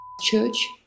church